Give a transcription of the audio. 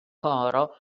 coro